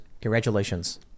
Congratulations